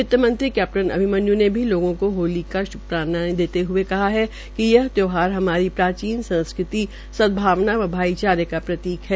वित्तमंत्री कैप्टन अभिमन्यू ने भी लोगों को होली की श्भकामनाएं देते हए कहा कि यह त्यौहार हमारी प्राचीन संस्कृति सदभावना व भाईचारे का प्रतीक है